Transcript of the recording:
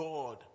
God